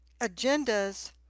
agendas